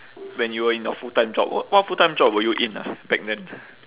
when you were in your full time job what what full time job time were you in ah back then